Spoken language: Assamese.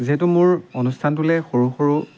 যিহেতু মোৰ অনুষ্ঠানটোলে সৰু সৰু